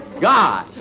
God